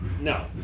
no